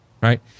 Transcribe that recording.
Right